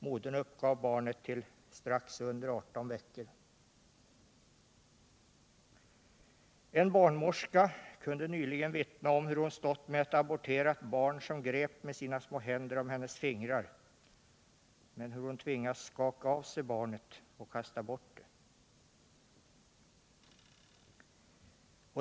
Modern uppgav att barnet var något under 18 veckor. En barnmorska kunde nyligen vittna om hur hon stått med ett aborterat barn som grep med sina små händer om hennes fingrar och hur hon tvingats skaka av sig barnet och kasta bort det.